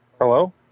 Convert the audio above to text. Hello